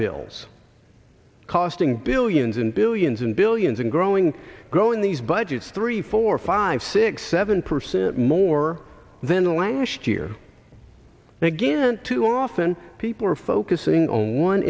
bills costing billions and billions and billions and growing growing these budgets three four five six seven percent more than a languished year again too often people are focusing on one